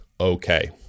okay